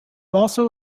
also